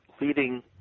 leading